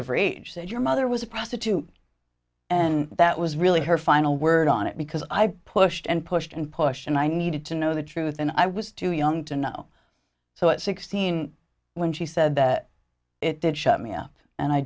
of rage said your mother was a prostitute and that was really her final word on it because i pushed and pushed and pushed and i needed to know the truth and i was too young to know so at sixteen when she said that it did shut me up and i